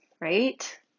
right